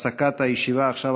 הפסקת הישיבה עכשיו,